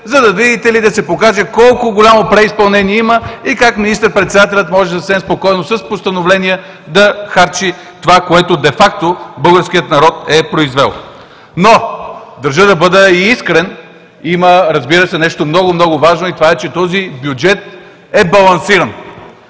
видите ли, за да се покаже колко голямо преизпълнение има и как министър председателят може съвсем спокойно с постановления да харчи това, което де факто българският народ е произвел. Но държа да бъда и искрен. Има, разбира се, нещо много, много важно, и това е, че този бюджет е балансиран.